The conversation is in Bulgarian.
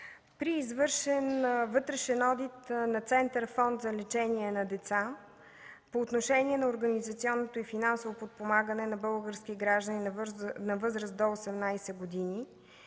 При извършен вътрешен одит на Център „Фонд за лечение на деца” по отношение на организационното и финансово подпомагане на български граждани на възраст до 18 години,